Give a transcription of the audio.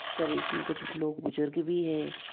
sir इसमें कुछ लोग बुजुर्ग भी हैं